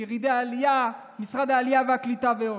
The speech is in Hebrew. ירידי עלייה, משרד העלייה והקליטה ועוד.